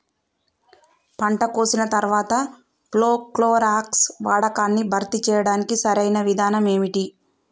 పంట కోసిన తర్వాత ప్రోక్లోరాక్స్ వాడకాన్ని భర్తీ చేయడానికి సరియైన విధానం ఏమిటి?